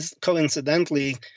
coincidentally